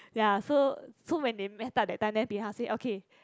ya so so when they met up that time then bin hao say okay